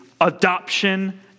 adoption